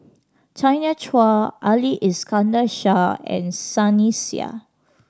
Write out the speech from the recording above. Tanya Chua Ali Iskandar Shah and Sunny Sia